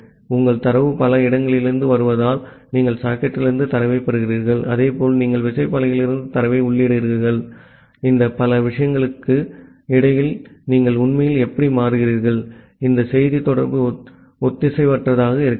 உங்கள் தரவு பல இடங்களிலிருந்து வருவதால் நீங்கள் சாக்கெட்டிலிருந்து தரவைப் பெறுகிறீர்கள் அதேபோல் நீங்கள் விசைப்பலகையிலிருந்து தரவை உள்ளிடுகிறீர்கள் இந்த பல விஷயங்களுக்கு இடையில் நீங்கள் உண்மையில் எப்படி மாறுகிறீர்கள் இந்த செய்தி தொடர்பு ஒத்திசைவற்றதாக இருக்கிறது